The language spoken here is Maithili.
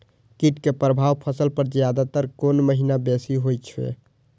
कीट के प्रभाव फसल पर ज्यादा तर कोन महीना बेसी होई छै?